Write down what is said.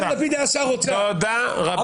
תודה רבה.